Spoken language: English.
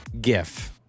GIF